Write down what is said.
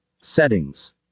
Settings